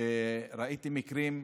ראיתי מקרים,